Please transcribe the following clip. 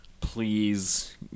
please